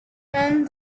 and